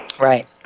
Right